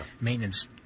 maintenance